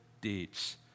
deeds